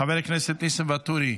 חבר הכנסת ניסים ואטורי,